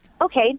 Okay